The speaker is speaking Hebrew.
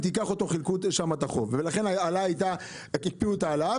חילקו שם את החוב ולכן הקפיאו את ההעלאה,